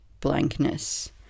blankness